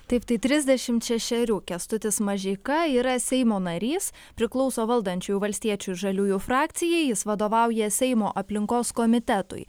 taip tai trisdešimt šešerių kęstutis mažeika yra seimo narys priklauso valdančiųjų valstiečių ir žaliųjų frakcijai jis vadovauja seimo aplinkos komitetui